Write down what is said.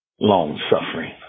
long-suffering